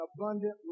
abundant